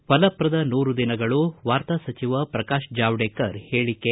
ಫಲಪ್ರದ ನೂರು ದಿನಗಳು ವಾರ್ತಾ ಸಚಿವ ಪ್ರಕಾಶ್ ಜಾವ್ಡೇಕರ್ ಹೇಳಿಕೆ